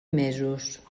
mesos